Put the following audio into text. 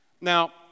Now